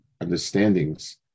understandings